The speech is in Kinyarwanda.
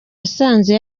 basanze